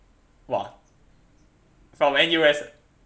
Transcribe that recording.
!wah! from N_U_S